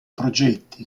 progetti